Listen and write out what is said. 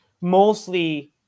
mostly